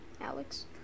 Alex